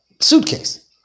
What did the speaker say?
suitcase